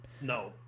No